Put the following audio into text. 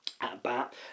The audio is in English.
at-bat